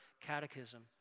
Catechism